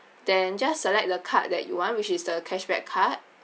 then just select the card that you want which is the cashback card